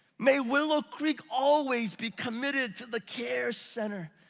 may willow creek always be committed to the care center.